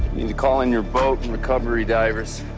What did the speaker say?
you call in your boat and recovery divers,